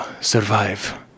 survive